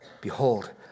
Behold